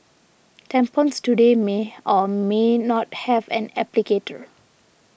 tampons today may or may not have an applicator